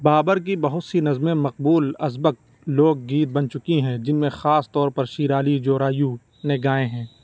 بابر کی بہت سی نظمیں مقبول ازبک لوک گیت بن چکی ہیں جن میں خاص طور پر شیرالی جورایو نے گائے ہیں